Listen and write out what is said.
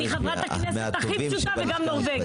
אני חברת הכנסת הכי פשוטה וגם נורווגית.